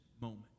moment